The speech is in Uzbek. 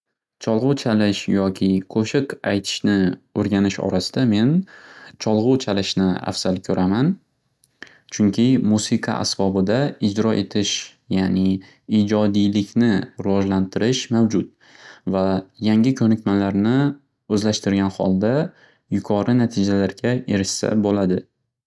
Cholg'u chalish yoki qo'shiq aytishni o'rganish orasida men cholg'u chalishni afzal ko'raman. Chunki musiqa asbobida ijro etish ya'ni ijodiylikni rivojlantirish mavjud va yangi ko'nikmalarni o'zlashtirgan holda yuqori natijalarga erishsa bo'ladi.